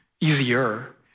easier